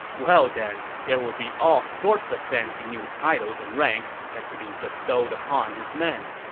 well, then there would be all sorts of fancy new titles and ranks that could be bestowed upon his men